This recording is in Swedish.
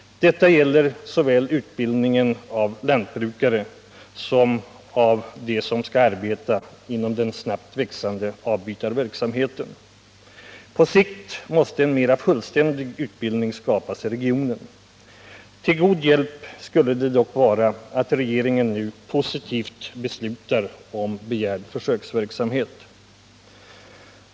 Det gäller utbildningen såväl av lantbrukare som av dem som skall arbeta inom den snabbt växande avbytarverksamheten. På sikt måste en mera fullständig utbildning skapas i regionen. Till god hjälp skulle det vara att regeringen nu positivt beslutar om begärd försöksverksamhet.